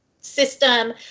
system